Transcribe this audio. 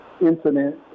incident